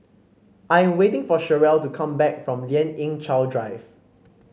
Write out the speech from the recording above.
I am waiting for Cherelle to come back from Lien Ying Chow Drive